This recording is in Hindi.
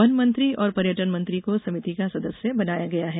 वन मंत्री और पर्यटन मंत्री को समिति का सदस्य बनाया गया है